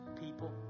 people